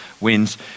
wins